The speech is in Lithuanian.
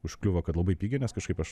užkliuvo kad labai pigiai nes kažkaip aš